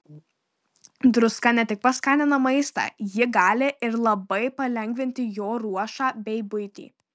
druska ne tik paskanina maistą ji gali ir labai palengvinti jo ruošą bei buitį